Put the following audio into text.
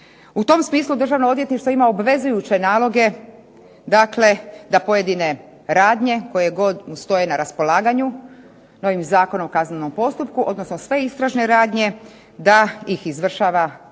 U tom smislu Državno odvjetništvo ima obvezujuće naloge dakle da pojedine radnje koje god mu stoje na raspolaganju, novim Zakonom o kaznenom postupku, odnosno sve istražne radnje da ih izvršava policija.